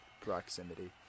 proximity